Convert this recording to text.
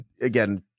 again